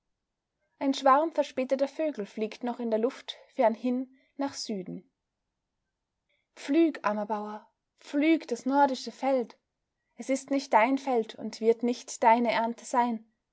ein schwarm verspäteter vögel fliegt noch in der luft fernhin nach süden pflüg armer bauer pflüg das nordische feld es ist nicht dein feld und wird nicht deine ernte sein